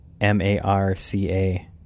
m-a-r-c-a